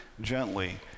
gently